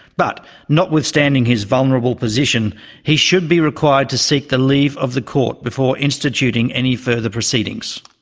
but notwithstanding his vulnerable position he should be required to seek the leave of the court before instituting any further proceedings.